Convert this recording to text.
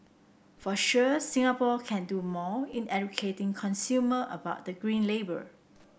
for sure Singapore can do more in educating consumer about the green label